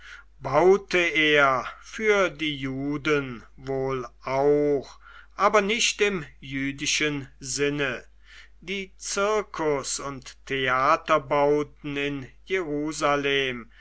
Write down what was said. baute er für die juden wohl auch aber nicht im jüdischen sinne die circus und theaterbauten in jerusalem